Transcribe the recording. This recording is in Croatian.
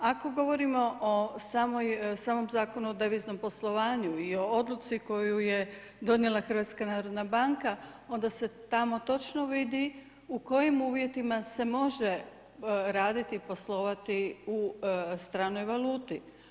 Ako govorimo o samom Zakonu o deviznom poslovanju i odluci koju je donijela HNB, onda se tamo točno vidi u kojim uvjetima se može raditi i poslovati u stranoj valuti.